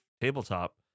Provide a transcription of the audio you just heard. tabletop